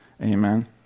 Amen